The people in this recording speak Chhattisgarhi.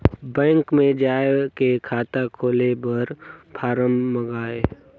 बैंक मे जाय के खाता खोले बर फारम मंगाय?